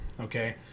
okay